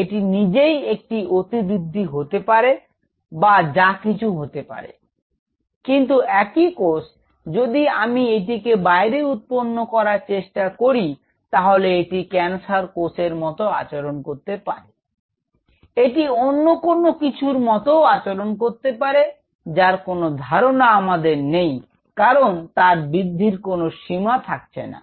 এটি নিজেই একটি অতিবৃদ্ধি হতে পারে বা যা কিছু হতে পারে কিন্তু একই কোষ যদি আমি এটিকে বাইরে উৎপন্ন করার চেষ্টা করি তাহলে এটি ক্যান্সার কোষের মত আচরণ করতে পারে এটি অন্য কোনও কিছুর মতও আচরণ করতে পারে যার কোনও ধারনা আমাদের নেই কারন তার বৃদ্ধির কোনও সীমা থাকছে না